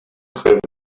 have